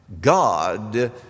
God